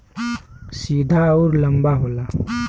सीधा अउर लंबा होला